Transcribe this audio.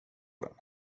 den